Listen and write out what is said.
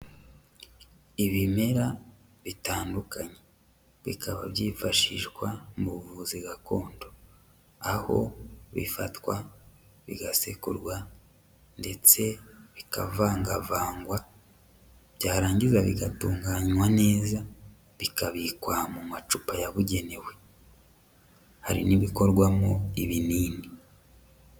Ibimera bitandukanye. Bikaba byifashishwa mu buvuzi gakondo. Aho bifatwa bigasekurwa ndetse bikavangavangwa byarangiza bigatunganywa neza bikabikwa mu macupa yabugenewe. Hari n'ibikorwamo ibinini.